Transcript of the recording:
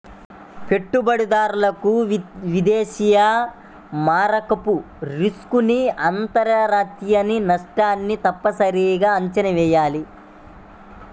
పెట్టుబడిదారులు విదేశీ మారకపు రిస్క్ ని అంతర్జాతీయ నష్టాలను తప్పనిసరిగా అంచనా వెయ్యాలి